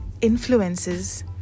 influences